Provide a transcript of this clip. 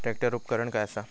Tractor उपकरण काय असा?